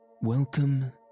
Welcome